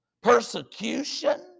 persecution